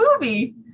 movie